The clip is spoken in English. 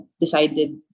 decided